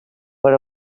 per